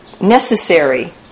necessary